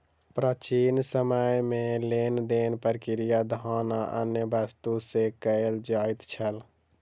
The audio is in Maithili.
प्राचीन समय में लेन देन प्रक्रिया धान आ अन्य वस्तु से कयल जाइत छल